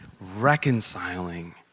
reconciling